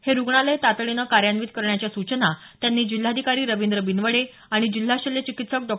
हे रुग्णालय तातडीनं कार्यान्वित करण्याच्या सूचना त्यांनी जिल्हाधिकारी रवींद्र बिनवडे आणि जिल्हा शल्यचिकित्सक डॉ